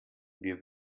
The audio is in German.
wir